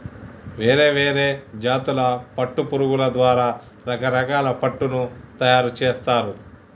వేరే వేరే జాతుల పట్టు పురుగుల ద్వారా రకరకాల పట్టును తయారుచేస్తారు